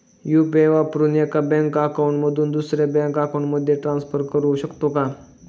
UPI वापरून एका bank account मधून दुसऱ्या बँक अकाउंटमध्ये पैसे ट्रान्सफर करू शकतो का?